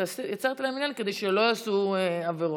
יצרת להם עניין כדי שלא יעשו עבירות.